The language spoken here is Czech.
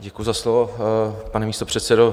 Děkuji za slovo, pane místopředsedo.